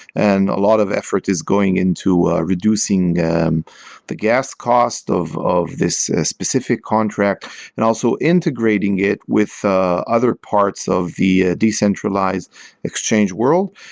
and a lot of effort is going into reducing and the guest gas cost of of this specific contract and also integrating it with the other parts of the ah decentralized exchange world,